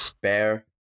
Bear